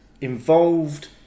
involved